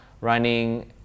running